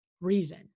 reason